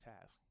task